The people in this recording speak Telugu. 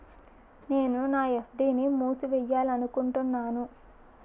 నేను నా ఎఫ్.డి ని మూసివేయాలనుకుంటున్నాను